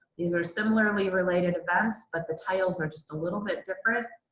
these are similarly related events, but the titles are just a little bit different,